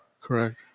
correct